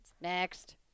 Next